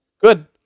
Good